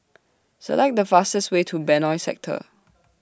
Select The fastest Way to Benoi Sector